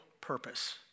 purpose